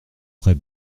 très